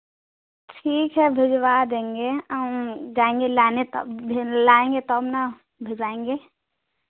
ठीक है भिजवा देंगे जाएँगे लाने तब लाएँगे तब ना भेजाएँगे